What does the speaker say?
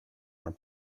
are